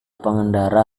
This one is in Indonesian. pengendara